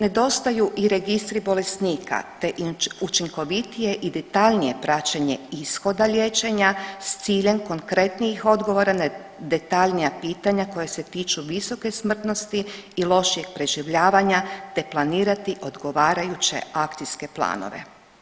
Nedostaju i registri bolesnika te učinkovitije i detaljnije praćenje ishoda liječenja s ciljem konkretnijih odgovora na detaljnija pitanja koja se tiču visoke smrtnosti i lošijeg preživljavanja ta planirati odgovarajuće akcijske planove.